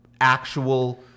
Actual